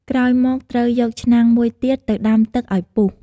ក្រោយមកត្រូវយកឆ្នាំងមួយទៀត ទៅដាំទឹកឲ្យពុះ។